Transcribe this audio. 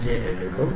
005 എടുക്കും